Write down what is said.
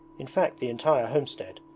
in fact the entire homestead,